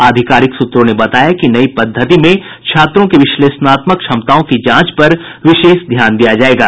आधिकारिक सूत्रों ने बताया कि नई पद्धति में छात्रों की विश्लेषणात्मक क्षमताओं की जांच पर विशेष ध्यान दिया जायेगा